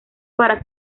para